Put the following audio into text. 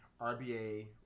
RBA